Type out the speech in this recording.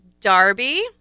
Darby